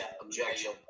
Objection